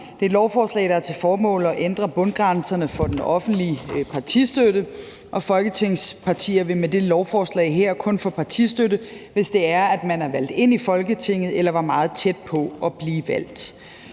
Det er et lovforslag, der har til formål at ændre bundgrænserne for den offentlige partistøtte, og folketingspartier vil med det her lovforslag kun få partistøtte, hvis deres medlemmer er valgt ind i Folketinget eller har været meget tæt på at blive valgt.